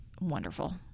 wonderful